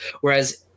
whereas